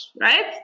right